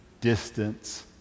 distance